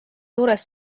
juures